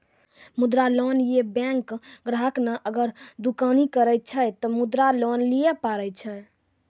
मुद्रा लोन ये बैंक ग्राहक ने अगर दुकानी करे छै ते मुद्रा लोन लिए पारे छेयै?